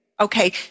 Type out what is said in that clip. Okay